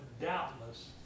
doubtless